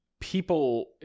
people